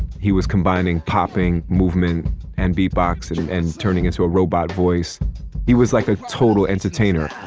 he was combining popping movement and beatboxing and turning into a robot voice he was like a total entertainer